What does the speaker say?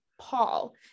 Paul